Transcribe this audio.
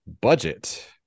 budget